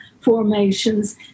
formations